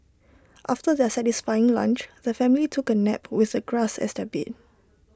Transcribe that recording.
after their satisfying lunch the family took A nap with the grass as their bed